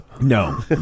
No